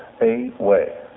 away